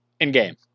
In-game